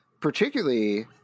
particularly